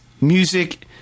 music